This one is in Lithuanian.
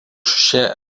šią